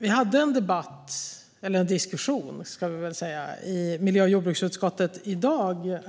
Vi hade en diskussion i miljö och jordbruksutskottet i dag